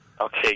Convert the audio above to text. Okay